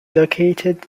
located